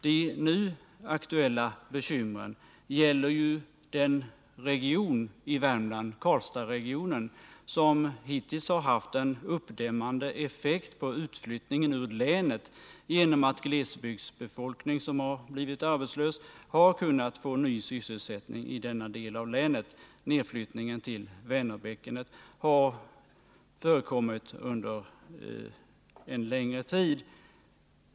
De nu aktuella bekymren gäller den region i Värmland, Karlstadsregionen, som hittills haft en uppdämmande effekt på utflyttningen ur länet genom att den glesbygdsbefolkning som blivit arbetslös kunnat få ny sysselsättning i denna del av länet. Nedflyttning till Vänerbäckenet har förekommit under en längre tid.